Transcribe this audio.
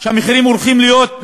שהמחירים הולכים להיות,